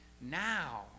now